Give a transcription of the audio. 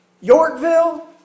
Yorkville